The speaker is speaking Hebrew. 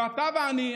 ואתה ואני,